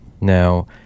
Now